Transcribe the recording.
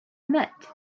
met